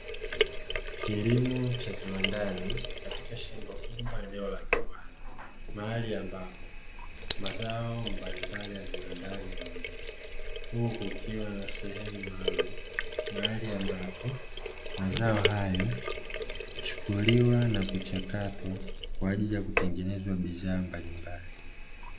Kilimo cha viwandani katika shamba kubwa eneo la kiwanda, mahali ambapo mazao mbalimbali ya viwandani hulimwa, huku kukiwa na sehemu maalumu, mahali ambapo mazao hayo huchukuliwa na kuchakatwa kwa ajili ya kutengenezwa bidhaa mbalimbali.